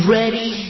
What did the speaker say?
ready